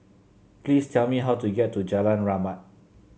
please tell me how to get to Jalan Rahmat